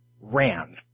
ran